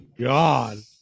God